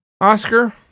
Oscar